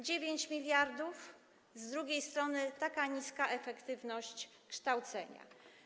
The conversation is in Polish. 9 mld, a z drugiej strony taka niska efektywność kształcenia.